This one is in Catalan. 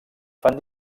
fan